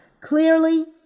clearly